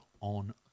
on